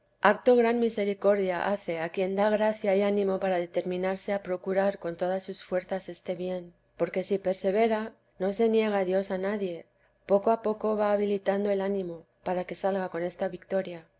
harto gran misericordia hace a quien da gracia y ánimo para determinarse a procurar con todas sus fuerzas este bien porque si persevera no se niega dios a nadie poco a poco va habilitando el ánimo para que salga con esta vitoria